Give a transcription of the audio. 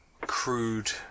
crude